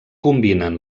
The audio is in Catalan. combinen